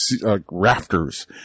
rafters